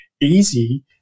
easy